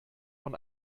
von